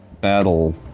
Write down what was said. battle